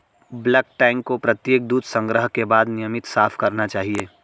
bulk tank को प्रत्येक दूध संग्रह के बाद नियमित साफ करना चाहिए